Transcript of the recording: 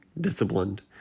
disciplined